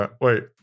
Wait